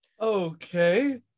Okay